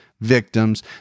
victims